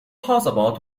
possible